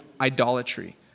idolatry